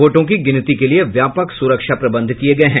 वोटों की गिनती के लिए व्यापक सुरक्षा प्रबंध किए गए हैं